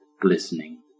glistening